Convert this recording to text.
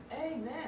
Amen